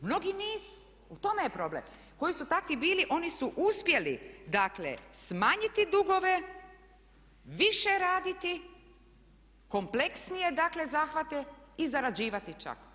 Mnogi nisu, u tome je problem, koji su takvi bili oni su uspjeli, dakle smanjiti dugove, više raditi, kompleksnije dakle zahvate i zarađivati čak.